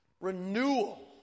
renewal